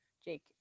jake